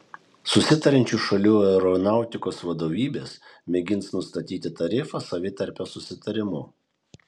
susitariančių šalių aeronautikos vadovybės mėgins nustatyti tarifą savitarpio susitarimu